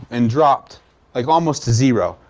and dropped like almost to zero.